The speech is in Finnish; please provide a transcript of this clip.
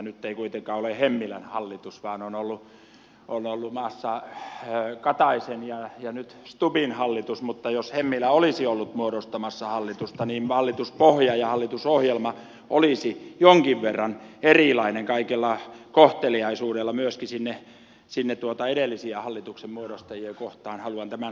nyt ei kuitenkaan ole hemmilän hallitus vaan maassa on ollut kataisen ja nyt on stubbin hallitus mutta jos hemmilä olisi ollut muodostamassa hallitusta niin hallituspohja ja hallitusohjelma olisivat jonkin verran erilaiset kaikella kohteliaisuudella myöskin sinne edellisiä hallituksen muodostajia kohtaan haluan tämän sanoa